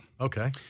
Okay